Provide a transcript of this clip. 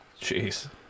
Jeez